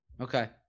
Okay